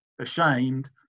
ashamed